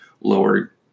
lower